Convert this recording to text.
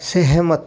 सहमत